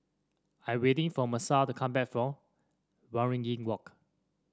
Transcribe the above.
I'm waiting for Messiah to come back from Waringin Walk